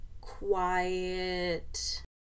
quiet